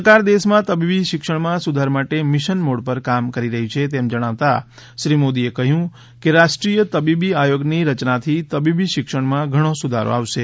સરકાર દેશમાં તબીબી શિક્ષણમાં સુધાર માટે મિશન મોડ પર કામ કરી રહી છે તેમ જણાવતાં શ્રી મોદીએ કહ્યું કે રાષ્ટ્રીય તબીબી આયોગની રચનાથી તબીબી શિક્ષણમાં ઘણો સુધારો આવશે